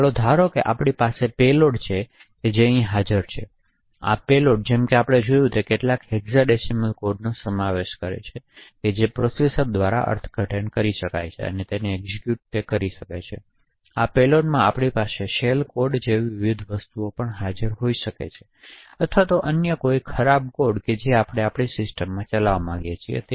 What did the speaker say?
તો ચાલો આપણે ધારીએ કે આપણી પાસે પેલોડ છે જે અહીં હાજર છે અને આ પેલોડ જેમકે આપણે જોયું છે કે કેટલાક હેક્સાડેસિમલ કોડનો સમાવેશ થાય છે જે પ્રોસેસર દ્વારા અર્થઘટન કરી શકાય છે અને એક્ઝેક્યુટ કરશે આ પેલોડમાં આપણી પાસે શેલ કોડ જેવી વિવિધ વસ્તુઓ હોઈ શકે છે અથવા કોઈપણ અન્ય દૂષિત કોડ કે જે આપણે તે સિસ્ટમમાં ચલાવવા માંગીએ છીએ